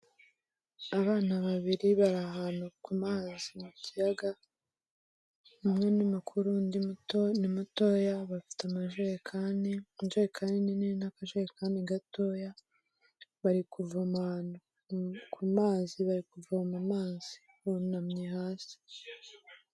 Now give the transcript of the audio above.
Abana babiri bari ahantu ku mazi mu kiyaga, umwe ni mukuru undi ni muto ni mutoya, bafite amajerekani. Injerekani nini n'akajerekani gatoya, bari kuvoma amazi bunamye hasi.